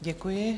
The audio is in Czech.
Děkuji.